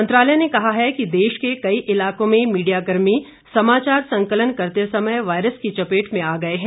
मंत्रालय ने कहा है कि देश के कई इलाकों में मीडिया कर्मी समाचार संकलन करते समय वायरस की चपेट में आ गए हैं